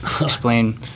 explain